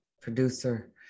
producer